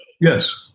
Yes